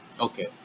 Okay